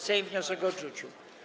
Sejm wniosek odrzucił.